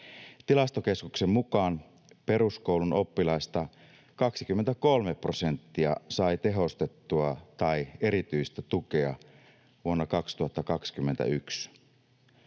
Tilastokeskuksen mukaan peruskoulun oppilaista 23 prosenttia sai tehostettua tai erityistä tukea vuonna 2021.